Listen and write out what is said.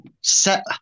set